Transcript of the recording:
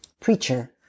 Preacher